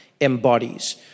embodies